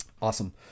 awesome